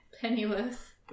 Pennyworth